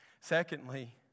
Secondly